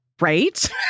Right